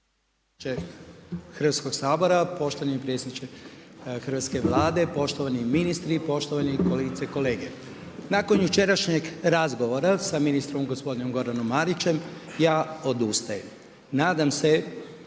Hrvatskog sabora, poštovani predsjedniče Hrvatske Vlade, poštovani ministri, poštovani kolegice i kolege. Nakon jučerašnjeg razgovora, sa ministrom gospodinom Goranom Marićem, ja odustajem. Nadam se